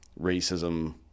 racism